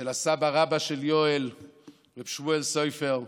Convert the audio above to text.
של הסבא-רבא של יואל הרב שמואל סויפר ושל,